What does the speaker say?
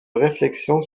réflexion